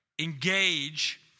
engage